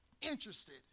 interested